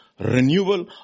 renewal